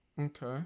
Okay